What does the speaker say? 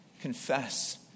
confess